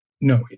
No